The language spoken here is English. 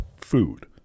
food